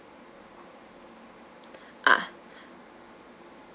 ah